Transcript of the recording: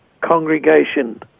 congregation